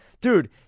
dude